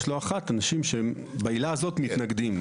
יש לא אחת אנשים שבעילה הזאת מתנגדים.